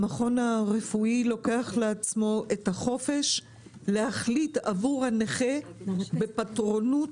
המכון הרפואי לוקח לעצמו את החופש להחליט עבור הנכה בפטרונות,